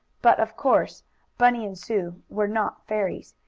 but of course bunny and sue were not fairies,